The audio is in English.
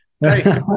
Hey